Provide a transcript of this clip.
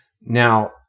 Now